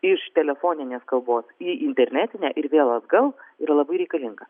iš telefoninės kalbos į internetinę ir vėl atgal yra labai reikalinga